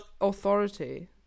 authority